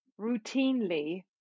routinely